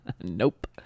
Nope